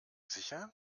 sicher